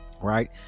right